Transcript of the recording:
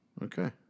Okay